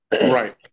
Right